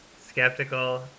skeptical